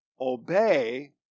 obey